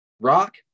Rock